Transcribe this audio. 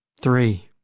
three